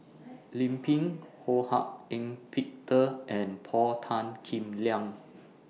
Lim Pin Ho Hak Ean Peter and Paul Tan Kim Liang